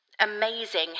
Amazing